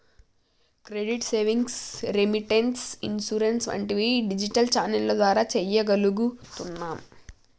credit, savings, remittance, insurance వంటివి digital ఛానెల్ల ద్వారా చెయ్యగలుగుతున్నాం